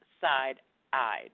side-eyed